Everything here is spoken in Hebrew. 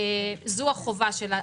זו החובה שלה.